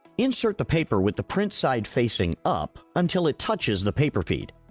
insert the paper with the printing side facing up, until it touches the paper feed.